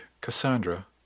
Cassandra